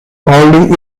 paulding